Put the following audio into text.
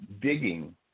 digging